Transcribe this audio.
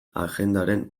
agendaren